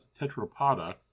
tetrapoda